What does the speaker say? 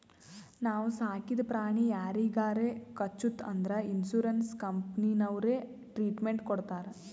ನಾವು ಸಾಕಿದ ಪ್ರಾಣಿ ಯಾರಿಗಾರೆ ಕಚ್ಚುತ್ ಅಂದುರ್ ಇನ್ಸೂರೆನ್ಸ್ ಕಂಪನಿನವ್ರೆ ಟ್ರೀಟ್ಮೆಂಟ್ ಕೊಡ್ತಾರ್